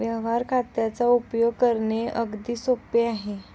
व्यवहार खात्याचा उपयोग करणे अगदी सोपे आहे